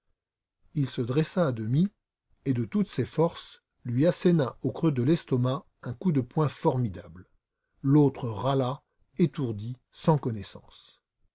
il se dressa à demi et de toutes ses forces lui assena au creux de l'estomac un coup de poing effroyable l'autre râla étourdi sans connaissance